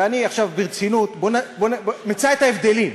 ואני, עכשיו, ברצינות, מצא את ההבדלים.